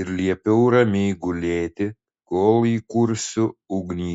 ir liepiau ramiai gulėti kol įkursiu ugnį